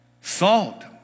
Salt